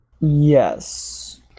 Yes